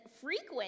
frequent